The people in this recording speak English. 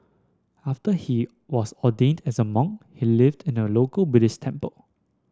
after he was ordained as a monk he lived in a local Buddhist temple